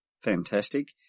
fantastic